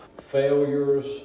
failures